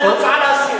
אין הצעה להסיר.